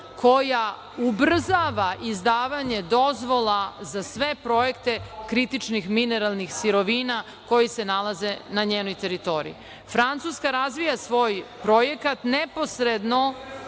koja ubrzava izdavanje dozvola za sve projekte kritičnih mineralnih sirovina koji se nalaze na njenoj teritoriji. Francuska razvija svoj projekat, neposredno